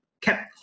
kept